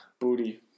booty